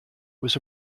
was